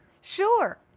sure